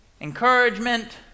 encouragement